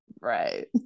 right